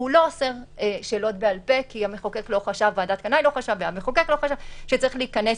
והוא לא אוסר שאלות בעל-פה כי ועדת קנאי והמחוקק לא חשבו שצריך להיכנס